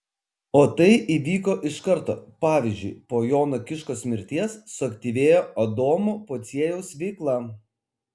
o tai įvyko iš karto pavyzdžiui po jono kiškos mirties suaktyvėjo adomo pociejaus veikla